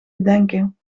bedenken